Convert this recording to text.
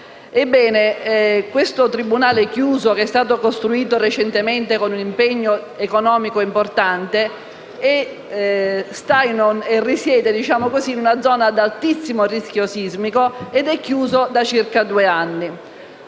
Ebbene, il tribunale cui mi riferisco, che era stato costruito recentemente con un impegno economico importante, risiede in una zona ad altissimo rischio sismico ed è chiuso da circa due anni.